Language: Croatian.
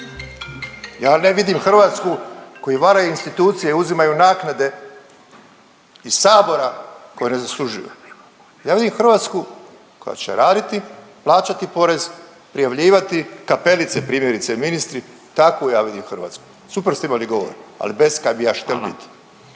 Ja ne vidim Hrvatsku koji varaju institucije, uzimaju naknade iz Sabora koje ne zaslužuju. Ja vidim Hrvatsku koja će raditi, plaćati porez, prijavljivati, kapelice primjerice ministri takvu ja vidim Hrvatsku. Super ste imali govor, ali bez „kaj bi ja štel biti“.